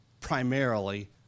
primarily